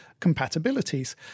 compatibilities